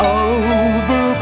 over